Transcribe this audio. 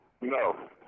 no